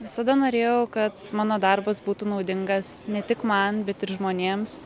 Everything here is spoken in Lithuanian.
visada norėjau kad mano darbas būtų naudingas ne tik man bet ir žmonėms